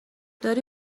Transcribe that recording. داری